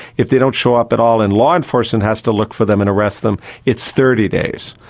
if they don't show up at all and law enforcement has to look for them and arrest them, it's thirty days.